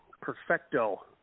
perfecto